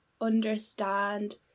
understand